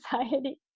anxiety